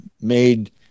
made